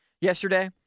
yesterday